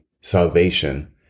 salvation